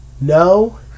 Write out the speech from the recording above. No